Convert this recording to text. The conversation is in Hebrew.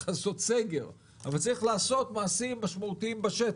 לעשות סגר צריך לעשות מעשים משמעותיים בשטח.